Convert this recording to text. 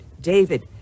David